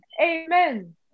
Amen